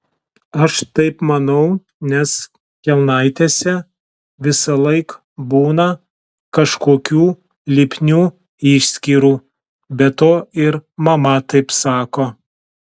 aš taip manau nes kelnaitėse visąlaik būna kažkokių lipnių išskyrų be to ir mama taip sako